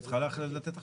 היא צריכה לתת החלטה.